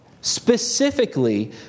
specifically